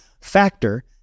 Factor